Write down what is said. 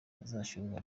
azahabwa